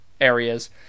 areas